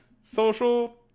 social